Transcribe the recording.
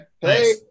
hey